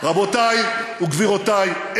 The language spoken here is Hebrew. רבותי וגברותי,